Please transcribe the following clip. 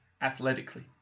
Athletically